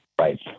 right